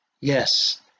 Yes